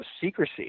secrecy